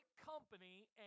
company